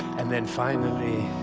and then finally.